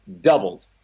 doubled